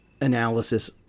analysis